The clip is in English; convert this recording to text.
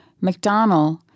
McDonald